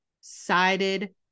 sided